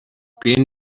pen